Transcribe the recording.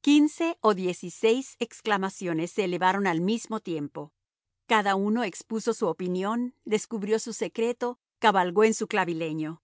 quince o diez y seis exclamaciones se elevaron al mismo tiempo cada uno expuso su opinión descubrió su secreto cabalgó en su clavileño cada